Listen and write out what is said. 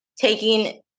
Taking